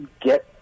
get